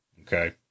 Okay